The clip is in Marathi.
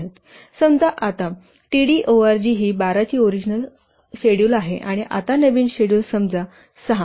समजा आता td org ही 12 ची ओरिजिनल शेड्युल आहे आणि आता नवीन शेड्युल समजा 6